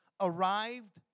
arrived